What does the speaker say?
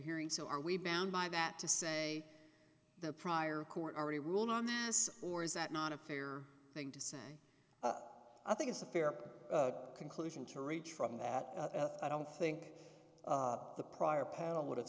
hearing so are we bound by that to say the prior court already ruled on this or is that not a fair thing to say i think it's a fair conclusion to reach from that i don't think the prior paddle would have